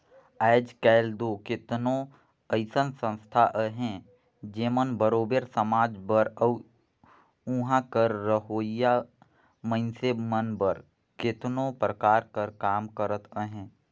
आएज काएल दो केतनो अइसन संस्था अहें जेमन बरोबेर समाज बर अउ उहां कर रहोइया मइनसे मन बर केतनो परकार कर काम करत अहें